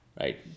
right